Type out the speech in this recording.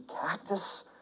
cactus